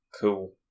Cool